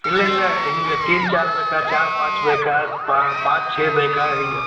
ಇಲ್ಲಿಲ್ಲ ಹಿಂಗೆ ತೀನ್ ಚಾರ್ ಬೇಕಾ ಚಾರ್ ಪಾಂಚ್ ಬೇಕಾ ಪಾಂಚ್ ಚೆ ಬೇಕಾ ಹಿಂಗೆ